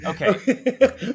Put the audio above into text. Okay